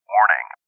Warning